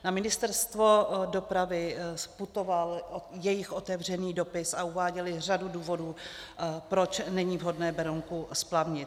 Na Ministerstvo dopravy putoval jejich otevřený dopis a uváděli řadu důvodů, proč není vhodné Berounku splavnit.